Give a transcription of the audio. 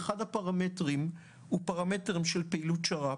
אחד הפרמטרים הוא פרמטר של פעילות שר"פ.